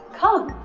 come,